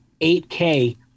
8K